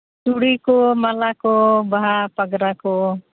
ᱪᱩᱲᱤ ᱠᱚ ᱢᱟᱞᱟ ᱠᱚ ᱵᱟᱦᱟ ᱯᱟᱜᱽᱨᱟ ᱠᱚ